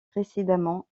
précédemment